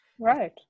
right